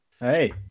Hey